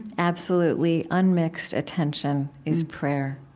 absolutely unmixed attention is prayer.